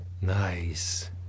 Nice